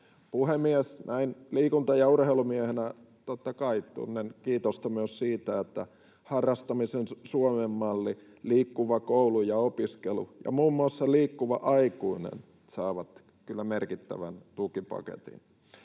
Puhemies! Näin liikunta- ja urheilumiehenä totta kai tunnen kiitosta myös siitä, että harrastamisen Suomen malli, Liikkuva koulu ja Liikkuva opiskelu ja muun muassa Liikkuva aikuinen saavat kyllä merkittävän tukipaketin.